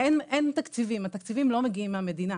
אין תקציבים, התקציבים לא מגיעים מהמדינה.